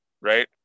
right